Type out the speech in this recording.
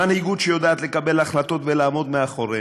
מנהיגות שיודעת לקבל החלטות ולעמוד מאחוריהן.